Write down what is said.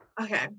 Okay